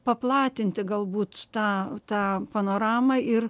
paplatinti galbūt tą tą panoramą ir